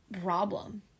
problem